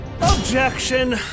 Objection